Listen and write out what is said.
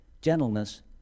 gentleness